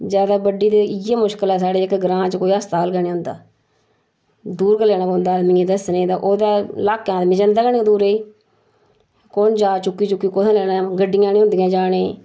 ज्यादा बड्डी ते इ'यै मुश्कल ऐ साढ़े जेह्के ग्रांऽ च कोई अस्पताल गै नी होंदा दूर गै लेना पौंदा आदमियें दस्सने ते ओह्दे लाकै आदमी जंदा गै नी दूरै ई कौन जा चुक्की चुक्की कु'त्थै लेना गड्डियां नी होंदियां जाने गी